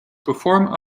perform